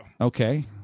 okay